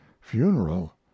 funeral